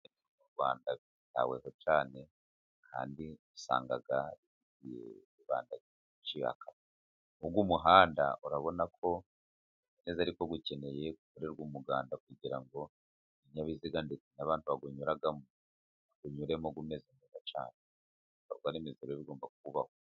U Rwanda rwitaweho cyane, kandi usanga bibanda kugucika k'umuhanda urabona ko utameze neza ,ariko ukeneye gukorerwa umuganda, kugira ngo ibinyabiziga ndetse n'abandi bawunyuramo , binyuremo umeze neza cyane ibikorwa remezo bigomba kubaho.